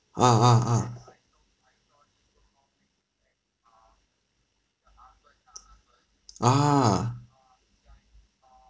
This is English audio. ah ah ah (uh huh)